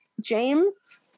James